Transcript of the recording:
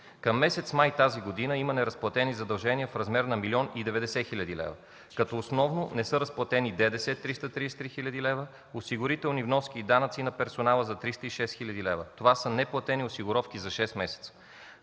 Към месец май тази година има неразплатени задължения в размер на 1 млн. 90 хил. лв., като основно не са разплатени ДДС – 333 хил. лв., осигурителни вноски и данъци на персонала за 306 хил. лв., това са неплатени осигуровки за шест месеца,